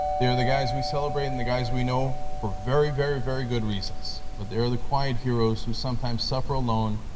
there are the guys we celebrate and the guys we know for very, very very good reasons, but there are the quiet heroes who sometimes suffer alone,